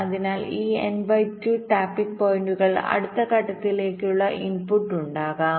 അതിനാൽ ഈ N by 2 tapping പോയിന്റുകൾ അടുത്ത ഘട്ടത്തിലേക്കുള്ള ഇൻപുട്ട് ഉണ്ടാക്കും